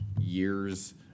years